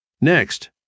Next